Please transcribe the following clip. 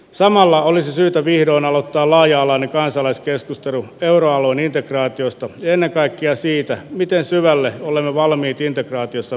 samalla olisi syytä vihdoin aloittaa laaja alainen kansalaiskeskustelu euroalueen integraatiosta ja ennen kaikkea siitä miten syvälle olemme valmiit integraatiossa menemään